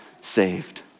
saved